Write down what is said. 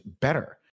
better